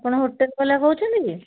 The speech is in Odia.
ଆପଣ ହୋଟେଲ ବାଲା କହୁଛନ୍ତି କି